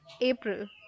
April